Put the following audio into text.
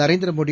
Narendra Modi